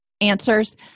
answers